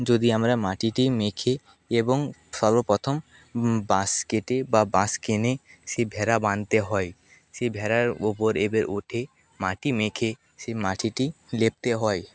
যদি আমরা মাটিটি মেখে এবং সর্বপ্রথম বাঁশ কেটে বা বাঁশ কেনে সেই ভারা বাঁধতে হয় সেই ভারার ওপর এবার উঠে মাটি মেখে সেই মাটিটি লেপ্তে হয়